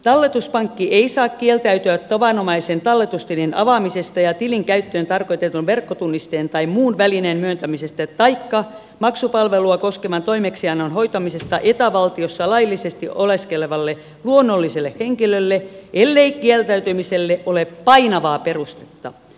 talletuspankki ei saa kieltäytyä tavanomaisen talletustilin avaamisesta ja tilin käyttöön tarkoitetun verkkotunnisteen tai muun välineen myöntämisestä taikka maksupalvelua koskevan toimeksiannon hoitamisesta eta valtiossa laillisesti oleskelevalle luonnolliselle henkilölle ellei kieltäytymiselle ole painavaa perustetta